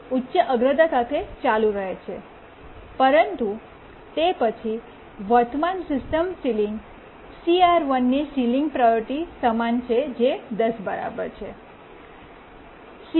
તે ઉચ્ચ અગ્રતા સાથે ચાલુ રહે છે પરંતુ તે પછી વર્તમાન સિસ્ટમ સીલિંગ CR1 ની સીલીંગ પ્રાયોરિટી સમાન છે જે 10 ની બરાબર છે